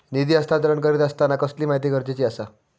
निधी हस्तांतरण करीत आसताना कसली माहिती गरजेची आसा?